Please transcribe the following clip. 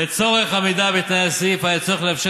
לצורך עמידה בתנאי הסעיף היה צורך לאפשר